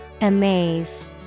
Amaze